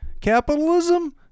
capitalism